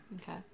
Okay